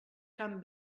camp